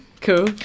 Cool